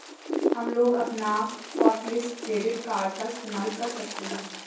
हमलोग अपना hotlist debit card का इस्तेमाल कर सकते हैं